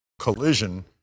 collision